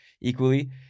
equally